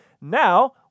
now